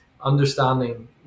understanding